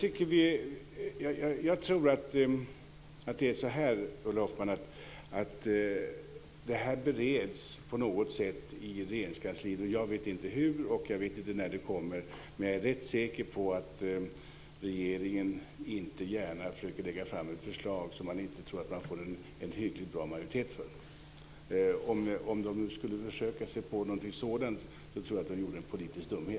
Fru talman! Ulla Hoffmann, jag tror att det här bereds på något sätt i Regeringskansliet. Jag vet inte hur, och jag vet inte när ett förslag kommer, men jag är rätt säker på att regeringen inte gärna lägger fram ett förslag som man inte tror att man får en hyggligt bra majoritet för. Om regeringen skulle försöka sig på något sådant, tror jag att man gör en politisk dumhet.